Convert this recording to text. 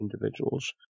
individuals